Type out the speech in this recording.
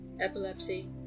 epilepsy